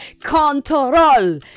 Control